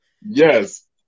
Yes